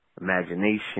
Imagination